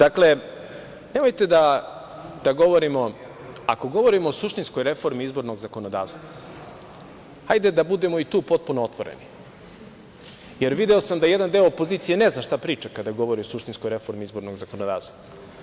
Ako govorimo o suštinskoj reformi izbornog zakonodavstva, hajde da budemo i tu potpuno otvoreni, jer video sam da jedan deo opozicije ne zna šta priča kada govori o suštinskoj reformi izbornog zakonodavstva.